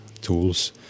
tools